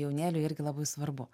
jaunėliui irgi labai svarbu